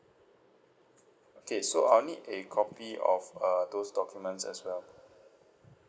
okay so I'll need a copy of uh those documents as well